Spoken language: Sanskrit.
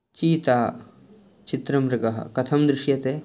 चीता चित्रमृगः कथं दृश्यते